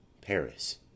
PARIS